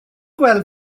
gweld